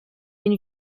une